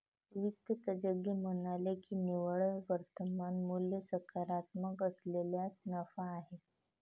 वित्त तज्ज्ञ म्हणाले की निव्वळ वर्तमान मूल्य सकारात्मक असल्यास नफा आहे